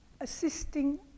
assisting